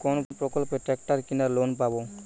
কোন প্রকল্পে ট্রাকটার কেনার লোন পাব?